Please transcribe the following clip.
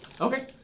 Okay